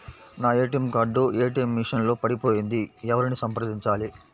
నా ATM card ATM machine లో పడిపోయింది ఎవరిని సంప్రదించాలి?